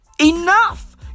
Enough